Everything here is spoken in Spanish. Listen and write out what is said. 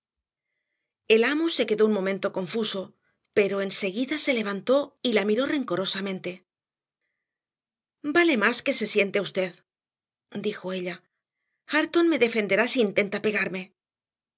el amo quedó un momento confuso pero enseguida se levantó y la miró rencorosamente vale más que se siente usted dijo ella hareton me defenderá si intenta pegarme